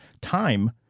Time